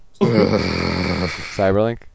Cyberlink